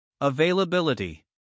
Availability